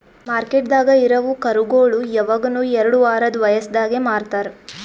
ಮಾರ್ಕೆಟ್ದಾಗ್ ಇರವು ಕರುಗೋಳು ಯವಗನು ಎರಡು ವಾರದ್ ವಯಸದಾಗೆ ಮಾರ್ತಾರ್